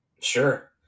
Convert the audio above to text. sure